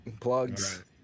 plugs